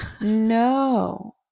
No